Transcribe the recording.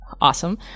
awesome